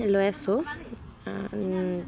লৈ আছো